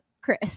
Chris